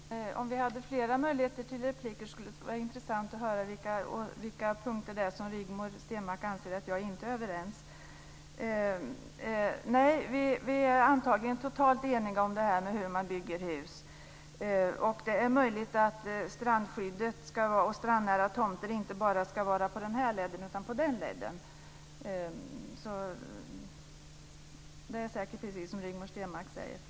Herr talman! Om vi hade flera möjligheter till repliker skulle det vara intressant att höra på vilka punkter Rigmor Stenmark anser att jag inte är överens. Vi är antagligen totalt eniga när det gäller hur man bygger hus. Det är möjligt att strandskyddet och strandnära tomter inte bara ska gälla på bredden utan också på höjden. Det är säkert som Rigmor Stenmark säger.